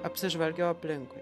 apsižvalgiau aplinkui